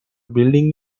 building